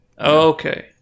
okay